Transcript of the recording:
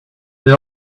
they